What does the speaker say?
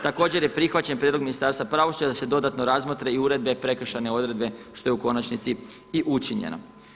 Također je prihvaćen prijedlog Ministarstva pravosuđa da se dodatno razmotre i uredbe, prekršajne odredbe što je u konačnici i učinjeno.